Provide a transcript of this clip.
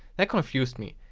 that confused me.